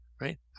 right